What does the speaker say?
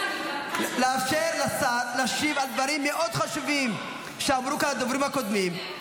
לאפשר לשר להשיב על דברים מאוד חשובים שאמרו כאן הדוברים הקודמים.